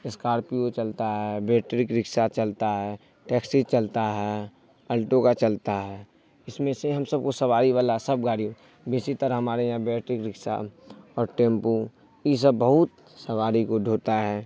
Scorpio چلتا ہے battery rickshaw چلتا ہے ٹیکسی چلتا ہے الٹو کا چلتا ہے اس میں سے ہم سب کو سواری والا سب گاڑی بیسی طرح ہمارے یہاں بیٹری رکشہ اور ٹیمپو یہ سب بہت سواری کو ڈھوتا ہے